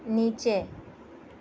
نیچے